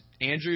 Andrew